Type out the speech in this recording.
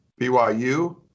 BYU